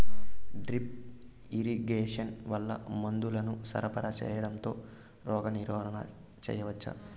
Drip irrigation వల్ల మందులను సరఫరా సేయడం తో రోగ నివారణ చేయవచ్చా?